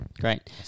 Great